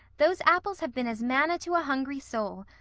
those apples have been as manna to a hungry soul.